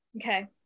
Okay